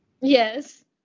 Yes